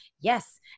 yes